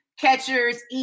Catchers